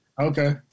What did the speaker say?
Okay